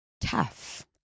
tough